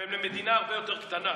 ולמדינה יותר קטנה,